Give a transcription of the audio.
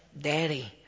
Daddy